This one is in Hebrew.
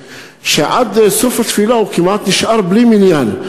שעד סוף התפילה הוא כמעט נשאר בלי מניין.